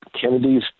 Kennedy's